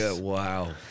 Wow